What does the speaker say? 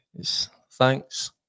thanks